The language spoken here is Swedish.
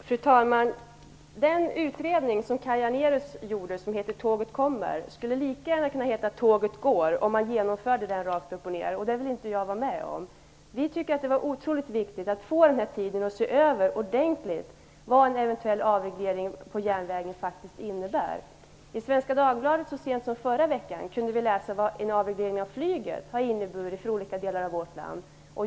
Fru talman! Den utredning som Kaj Janérus gjorde och som heter "Tåget kommer", skulle lika gärna kunna heta "Tåget går" om den skulle genomföras rakt upp och ner. Det vill jag inte vara med om. Vi tycker att det var otroligt viktigt att få den här tiden för att ordentligt se över vad en eventuell avreglering på järnvägen faktiskt innebär. I Svenska Dagbladet kunde vi så sent som i förra veckan läsa vad en avreglering av flyget har inneburit för olika delar av vårt land.